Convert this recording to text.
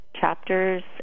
Chapters